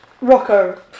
Rocco